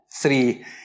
three